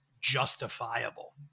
justifiable